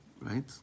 right